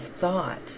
thought